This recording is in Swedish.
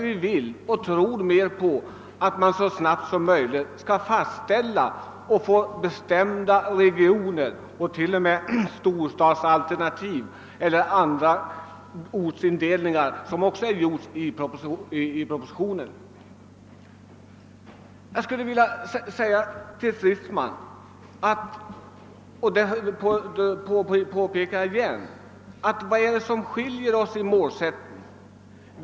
Vi vill att man så snart som möjligt skall fastställa bestämda regioner och t.o.m. storstadsalternativ med andra ortsindelningar, och detta har också gjorts i propositionen. Sedan vill jag åter fråga herr Stridsman, vilka skillnader som föreligger i fråga om målsättningen.